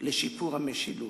לשיפור המשילות.